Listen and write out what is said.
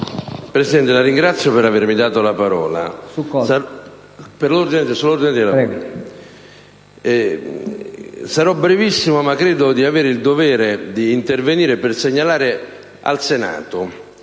Presidente, la ringrazio per avermi dato la parola. Sarò brevissimo, ma credo di avere il dovere di intervenire per segnalare al Senato